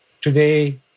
Today